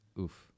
oof